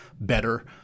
Better